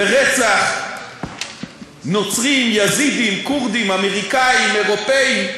לרצח נוצרים, יזידים, כורדים, אמריקנים, אירופים,